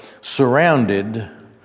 surrounded